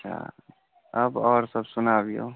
अच्छा अब आओर सभ सुनाबियौ